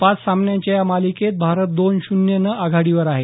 पाच सामन्यांच्या या मालिकेत भारत दोन शून्यनं आघाडीवर आहे